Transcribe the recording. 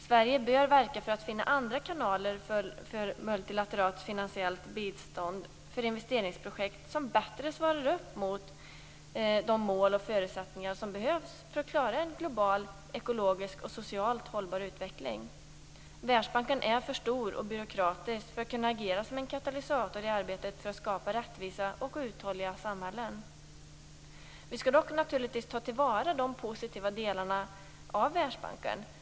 Sverige bör verka för att finna andra kanaler för multilateralt finansiellt bistånd, för investeringsprojekt som bättre svarar upp mot de mål och förutsättningar som behövs för att klara en global ekologiskt och socialt hållbar utveckling. Världsbanken är för stor och byråkratisk för att kunna agera som en katalysator i arbetet med att skapa rättvisa och uthålliga samhällen. Vi skall dock naturligtvis ta vara på de positiva delarna av Världsbanken.